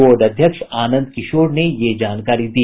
board अध्यक्ष आनंद किशोर ने यह जानकारी दी